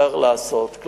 יבחר לעשות כן.